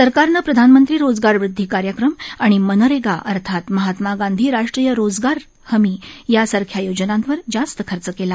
सरकारनं प्रधानमंत्री रोजगार वुदधी कार्यक्रम आणि मनरेगा अर्थात महात्मा गांधी राष्ट्रीय रोजगार हमी यासारख्या योजनांवर जास्त खर्च केला